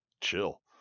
chill